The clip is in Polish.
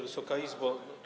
Wysoka Izbo!